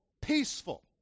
peaceful